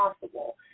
possible